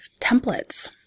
templates